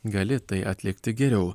gali tai atlikti geriau